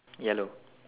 yellow